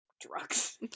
drugs